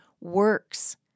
works